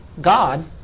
God